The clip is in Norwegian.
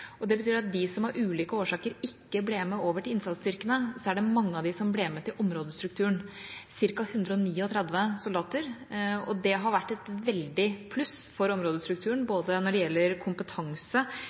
Det betyr at av dem som av ulike årsaker ikke ble med over til innsatsstyrkene, er det mange som ble med til områdestrukturen – ca. 139 soldater – og det har vært et veldig pluss for områdestrukturen både når det gjelder kompetanse